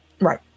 Right